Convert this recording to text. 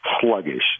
sluggish